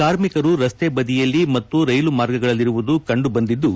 ಕಾರ್ಮಿಕರು ರಸ್ತೆ ಬದಿಯಲ್ಲಿ ಮತ್ತು ರೈಲು ಮಾರ್ಗಗಳಲ್ಲಿರುವುದು ಕಂಡು ಬಂದಿದ್ದು